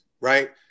right